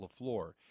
LaFleur